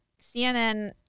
CNN